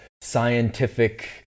scientific